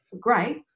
great